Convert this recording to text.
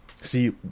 See